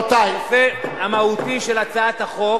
הנושא המהותי של הצעת החוק